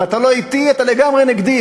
אם אתה לא אתי אתה לגמרי נגדי,